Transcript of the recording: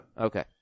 Okay